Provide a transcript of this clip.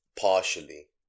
Partially